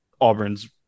Auburn's